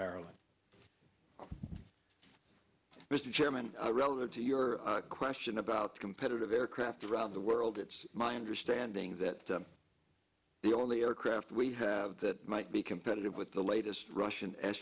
maryland mr chairman relative to your question about competitive aircraft around the world it's my understanding that the only aircraft we have that might be competitive with the latest russian